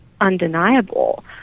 undeniable